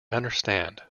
understand